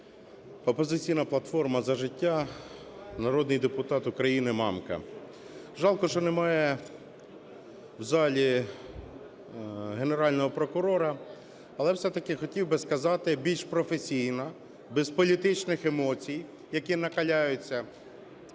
"Опозиційна платформа – За життя", народний депутат України Мамка. Жалко, що немає в залі Генерального прокурора, але все-таки хотів би сказати більш професійно, без політичних емоцій, які накаляються.